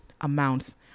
amounts